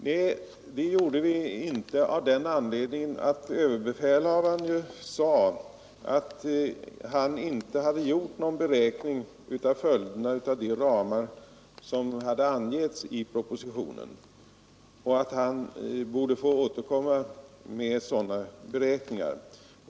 Nej, det gjorde vi inte av den anledningen att överbefälhavaren sade att han inte hade gjort någon beräkning av följderna av de ramar som hade angetts i propositionen och att han borde få återkomma med sådana beräkningar.